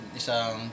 isang